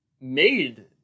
made